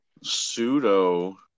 pseudo